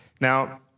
Now